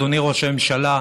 אדוני ראש הממשלה,